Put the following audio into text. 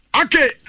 Okay